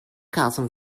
carson